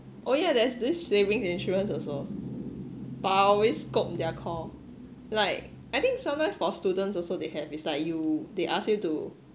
oh yeah there's these savings insurance also but I always scope their call like I think sometimes for students also they have it's like you they ask you to